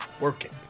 working